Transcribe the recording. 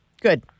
good